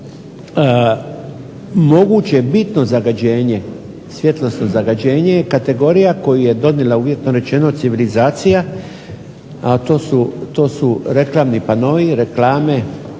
moguće bitno svjetlosno zagađenje je kategorija koju je donijela uvjetno rečeno civilizacija, a to su reklamni panoi, reklame